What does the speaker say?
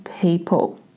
people